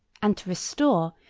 and to restore,